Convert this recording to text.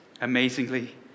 amazingly